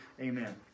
Amen